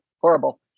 Horrible